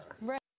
right